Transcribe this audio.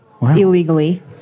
illegally